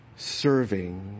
Serving